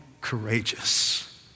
courageous